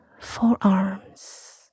forearms